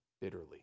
bitterly